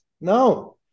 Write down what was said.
No